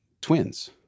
Twins